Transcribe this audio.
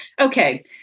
Okay